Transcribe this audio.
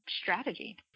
strategy